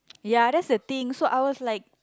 ya that's the thing so I was like